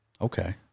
Okay